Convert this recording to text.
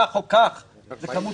כך או כך זו כמות